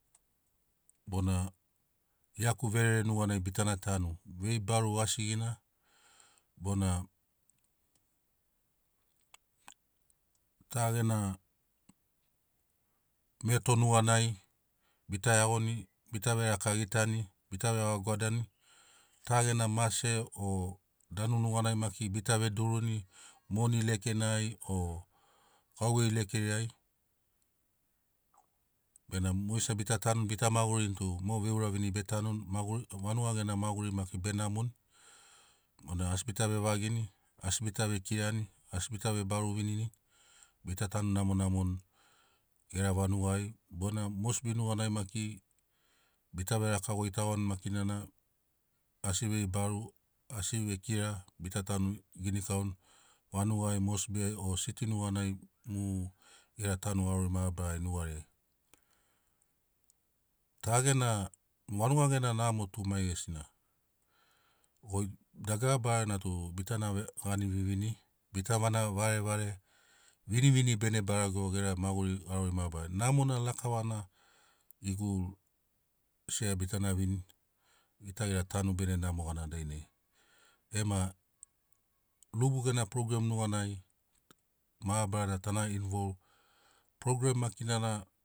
Bona iauka verere nuganai bitana tanu vei bara asigina boba ta gena meto nuganai bita iagoni bita veraka gitani bita vevagaguadani ta gena mase o danu nuganai maki bita veduruni moni lekenai o gauvei lekeriai benamo mogesina bita tanuni bita magurini tu mo veuravini be tanuni maguri vanuga gena maguri maki be namoni bona asi bita vevagini asi bita vekirani asi bita veibaru vivinini bita tanu namonamoni gera vanugai bona mosbi nuganai maki bita veraka goitagoni makina na asi vei baru asi vekira bita tanu ginikauni vanugai mosbiai o siti nuganai mu gera tanu garori mabarari nugariai. Ta gena vanuga gena namo tu maigesina goi dagara barana tu bitana ve gani vivini bitana varere vinivini bene barego gera maguri garori mabarariai. Namona lakavana ikul sea bitana vini gita gera tanu bene namo gana dainai ema lubu gena program nuganai mabarana tana invol program makinai na